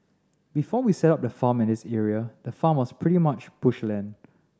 before we set up the farm in this area the farm was pretty much bush land